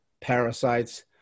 parasites